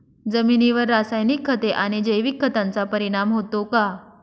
जमिनीवर रासायनिक खते आणि जैविक खतांचा परिणाम होतो का?